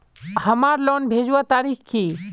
हमार लोन भेजुआ तारीख की?